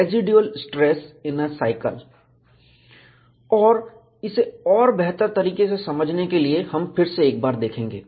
residual stress in a cycle और इसे और बेहतर तरीके से समझने के लिए हम फिर से एक बार देखेंगे